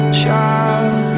child